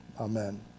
Amen